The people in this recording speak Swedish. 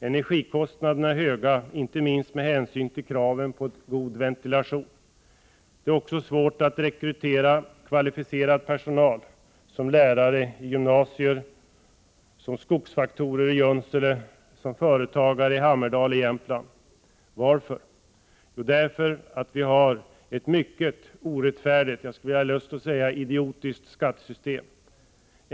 Energikostnaderna är höga, inte minst med hänsyn till kraven på god ventilation. Det är också svårt att rekrytera kvalificerad personal, som lärare i gymnasier, skogsfaktorer i Junsele, företagsledare i Hammerdal. Varför? Jo, därför att vi har ett mycket orättfärdigt — jag skulle nästan ha lust att säga idiotiskt — skattesystem.